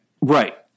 Right